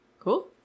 Cool